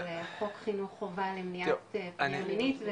של חוק חינוך חובה למניעת פגיעה מינית.